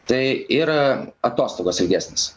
tai ir atostogos ilgesnės